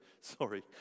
sorry